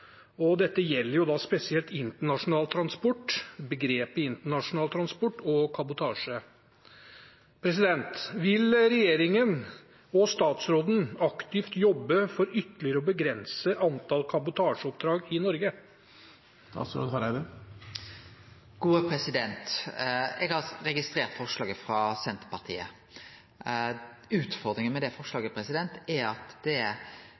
og det gjelder spesielt internasjonal transport – begrepet «internasjonal transport og kabotasje». Vil regjeringen og statsråden aktivt jobbe for ytterligere å begrense antall kabotasjeoppdrag i Norge? Eg har registrert forslaget frå Senterpartiet. Utfordringa med det forslaget er at det er